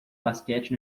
basquete